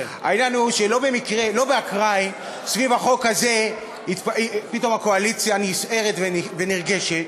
העניין הוא שלא באקראי סביב החוק הזה פתאום הקואליציה נסערת ונרגשת,